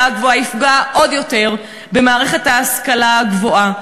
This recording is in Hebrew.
הגבוהה יפגע עוד יותר במערכת ההשכלה הגבוהה.